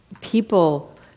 people